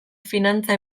finantza